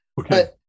Okay